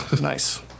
Nice